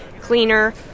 cleaner